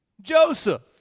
Joseph